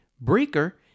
Breaker